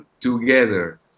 together